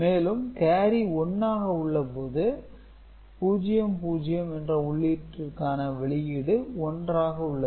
மேலும் கேரி 1 ஆக உள்ளது 0 0 என்ற உள்ளீட்டிற்கான வெளியீடு 1 ஆக உள்ளது